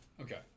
Okay